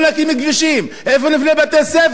איפה נבנה בתי-ספר, באוויר?